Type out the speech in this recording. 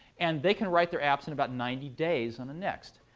and they can write their apps in about ninety days on a next.